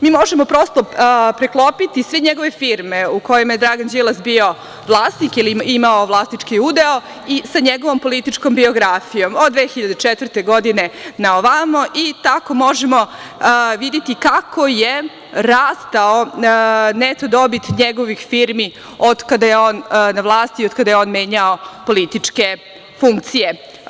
Mi možemo preklopiti sve njegove firme u kojima je Dragan Đilas bio vlasnik ili imao vlasnički udeo sa njegovom političkom biografijom od 2003. godine naovamo i tako možemo videti kako je rastao neto dobit njegovih firmi od kada je on na vlasti i od kada je on menjao političke funkcije.